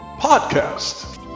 podcast